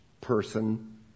person